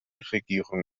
regierung